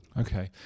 Okay